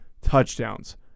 touchdowns